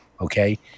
okay